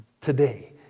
Today